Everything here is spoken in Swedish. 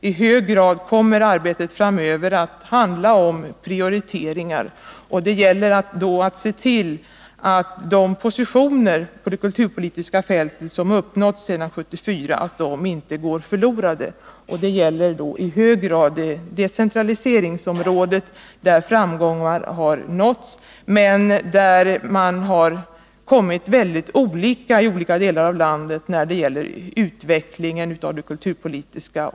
I hög grad kommer arbetet att handla om prioriteringar, och det gäller då att se till att de positioner på det kulturpolitiska fältet som uppnåtts sedan 1974 inte går förlorade. Detta gäller i hög grad decentraliseringsmålet, där framgångar har nåtts men där man i olika delar av landet har kommit olika långt i utvecklingen av kulturpolitiken.